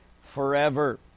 forever